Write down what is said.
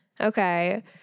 Okay